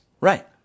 Right